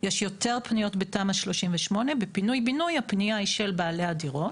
יש יותר פניות בתמ"א 38. בפינוי בינוי הפנייה היא של בעלי הדירות.